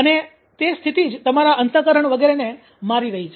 અને તે સ્થિતિ જ તમારા અંતકરણ વગેરેને મારી રહી છે